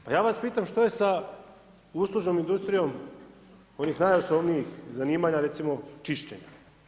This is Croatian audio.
Pa ja vas pitam što je sa uslužnom industrijom onih najosnovnijih zanimanja, recimo čišćenja?